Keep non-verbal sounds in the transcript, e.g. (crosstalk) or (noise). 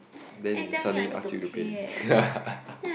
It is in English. then they suddenly as you to pay (laughs) ya